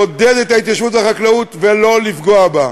צריך לעודד את ההתיישבות החקלאית ולא לפגוע בה.